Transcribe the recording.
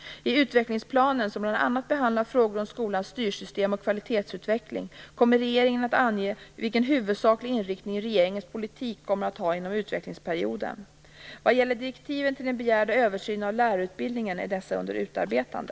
I utvecklingsplanen, som bl.a. behandlar frågor om skolans styrsystem och kvalitetsutveckling, kommer regeringen att ange vilken huvudsaklig inriktning regeringens politik kommer att ha inom utvecklingsperioden. Vad gäller direktiven till den begärda översynen av lärarutbildningen är dessa under utarbetande.